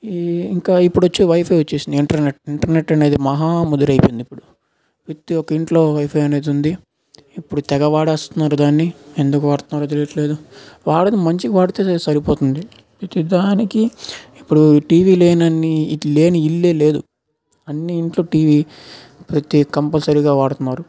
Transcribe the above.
ఈ ఇంకా ఇప్పుడు వచ్చి వైఫై వచ్చేసింది ఇంటర్నెట్ ఇంటర్నెట్ అనేది మహా ముదురు అయిపోయింది ఇప్పుడు ప్రతి ఒక్క ఇంట్లో వైఫై అనేది ఉంది ఇప్పుడు తెగవాడేస్తున్నారు దాన్ని ఎందుకు వాడుతున్నారో తెలియట్లేదు వాడండి మంచికి వాడితే సరిపోతుంది ప్రతి దానికి ఇప్పుడు టీవీ లేనన్ని ఈ లేని ఇల్లు లేదు అన్నీ ఇంట్లో టీవీ ప్రతి కంపల్సరీగా వాడుతున్నారు